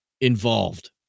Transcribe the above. involved